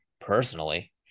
personally